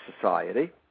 society